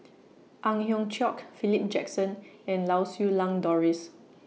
Ang Hiong Chiok Philip Jackson and Lau Siew Lang Doris